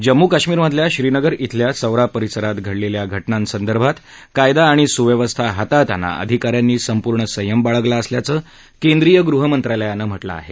जम्मू कश्मीर मधल्या श्रीनगर इथल्या सौरा परिसरात घडलेल्या घटनांसंदर्भात कायदा आणि सुव्यवस्था हाताळताना अधिकाऱ्यांनी संपूर्ण संयम बाळगला असल्याचं केंदीय गृहमंत्रालयानं म्हटलं आहे